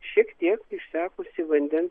šiek tiek išsekusi vandens